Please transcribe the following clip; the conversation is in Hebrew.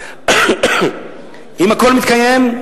אם הכול מתקיים,